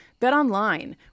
BetOnline